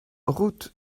route